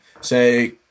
Say